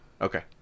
Okay